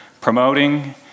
promoting